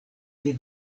ĝis